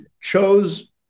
chose